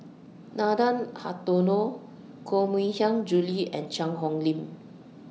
Nathan Hartono Koh Mui Hiang Julie and Cheang Hong Lim